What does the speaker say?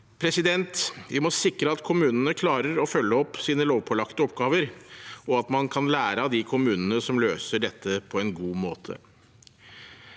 innbyggere. Vi må sikre at kommunene klarer å følge opp sine lovpålagte oppgaver, og at man kan lære av de kommunene som løser dette på en god måte.